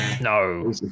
no